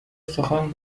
سخن